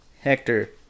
Hector